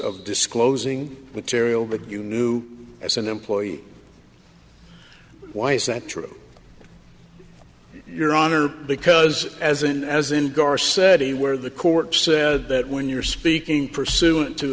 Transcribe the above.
of disclosing material that you knew as an employee why is that true your honor because as in as in gar said he where the court said that when you're speaking pursuant to